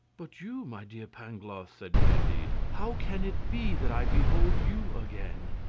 but you, my dear pangloss, said candide, how can it be that i behold you again?